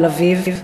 על אביו.